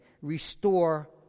restore